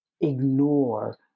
ignore